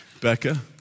Becca